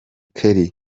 kelly